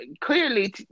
clearly